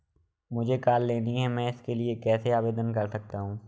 मुझे कार लेनी है मैं इसके लिए कैसे आवेदन कर सकता हूँ?